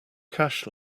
cash